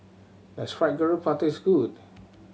does Fried Garoupa taste good